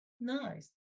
Nice